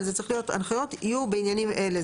אבל זה צריך להיות הנחיות יהיו בעניינים אלה.